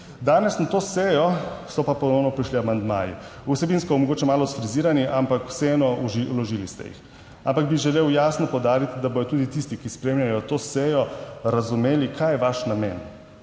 Danes na to sejo so pa ponovno prišli amandmaji, vsebinsko mogoče malo sfrizirani, ampak vseeno vložili ste jih. Ampak bi želel jasno poudariti, da bodo tudi tisti, ki spremljajo to sejo, razumeli, kaj je vaš namen.